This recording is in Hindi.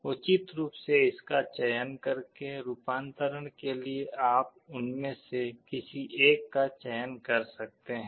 उचित रूप से इसका चयन करके रूपांतरण के लिए आप उनमें से किसी एक का चयन कर सकते हैं